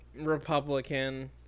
Republican